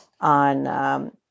on